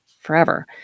forever